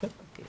כן, בתוך הסל.